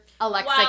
Alexa